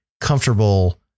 comfortable